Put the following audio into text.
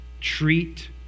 treat